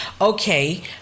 okay